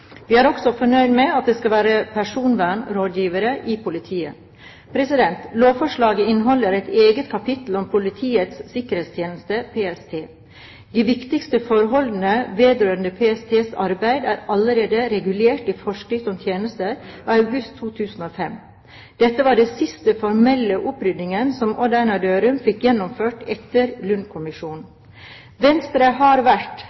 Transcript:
Vi er også fornøyd med at det skal være personvernrådgivere i politiet. Lovforslaget inneholder et eget kapittel om Politiets sikkerhetstjeneste, PST. De viktigste forholdene vedrørende PSTs arbeid er allerede regulert i forskrift om tjenester av august 2005. Dette var den siste formelle oppryddingen som Odd Einar Dørum fikk gjennomført etter Lund-kommisjonen. Venstre har vært,